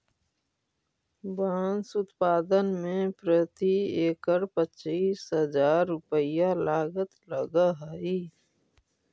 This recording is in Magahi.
बाँस उत्पादन में प्रति एकड़ पच्चीस हजार रुपया लागत लगऽ हइ